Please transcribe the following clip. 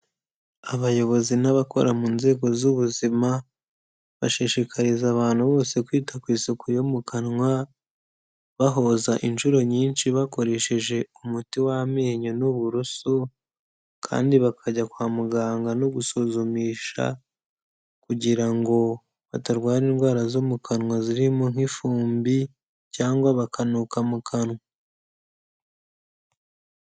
Abayobozi n'abakora mu nzego z'ubuzima, bashishikariza abantu bose kwita ku isuku yo mu kanwa, bahoza inshuro nyinshi bakoresheje umuti w'amenyo n'uburoso, kandi bakajya kwa muganga no gusuzumisha, kugira ngo batarwara indwara zo mu kanwa zirimo nk'ifumbi, cyangwa bakanuka mu kanwa.